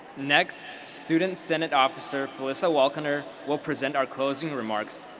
next, student senate officer felisa welkener will present our closing remarks.